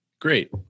Great